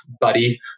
buddy